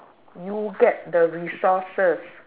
you get the resources